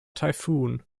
typhoon